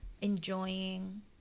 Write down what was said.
enjoying